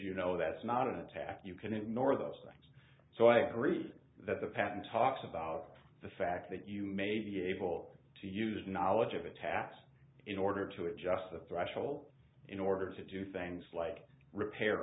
you know that's not an attack you can ignore those things so i've read that the patent talks about the fact that you may be able to use knowledge of the taps in order to adjust the threshold in order to do things like repair